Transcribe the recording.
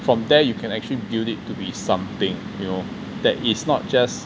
from there you can actually viewed it to be something you know that it's not just